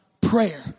prayer